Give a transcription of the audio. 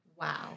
Wow